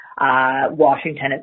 Washington